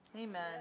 Amen